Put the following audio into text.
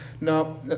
No